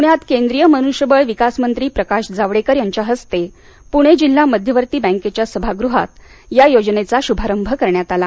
पुण्यात केंद्रीय मनुष्यबळ विकासमंत्री प्रकाश जावडेकर यांच्या हस्ते पुणे जिल्हा मध्यवर्ती बँकेच्या सभागृहात या योजनेचा शुभारंभ करण्यात आला